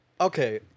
okay